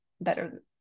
better